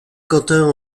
quentin